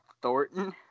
Thornton